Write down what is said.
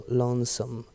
lonesome